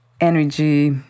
energy